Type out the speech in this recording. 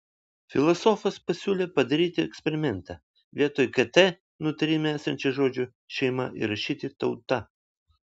filosofas pasiūlė padaryti eksperimentą vietoj kt nutarime esančio žodžio šeima įrašyti tauta